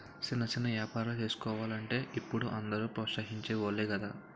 సిన్న సిన్న ఏపారాలు సేసుకోలంటే ఇప్పుడు అందరూ ప్రోత్సహించె వోలే గదా